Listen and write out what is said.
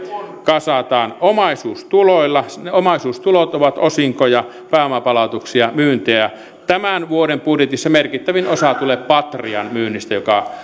kasataan omaisuustuloilla omaisuustulot ovat osinkoja pääomapalautuksia myyntejä tämän vuoden budjetissa merkittävin osa tulee patrian